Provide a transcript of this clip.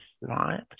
right